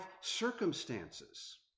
circumstances